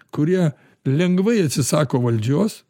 kurie lengvai atsisako valdžios